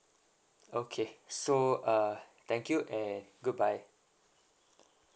okay so uh thank you and good bye